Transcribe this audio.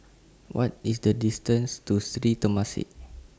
What IS The distance to Sri Temasek